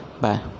Bye